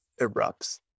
erupts